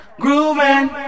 grooving